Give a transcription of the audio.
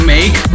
Make